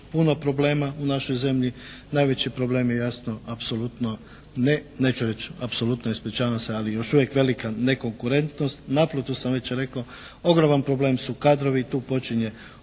puno problema u našoj zemlji. Najveći problem je jasno apsolutno ne, neću reći apsolutno ispričavam se, ali još uvijek velika nekonkurentnost. … /Govornik se ne razumije./ … već rekao, ogromni problem su kadrovi. Tu počinje